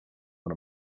one